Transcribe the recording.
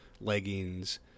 leggings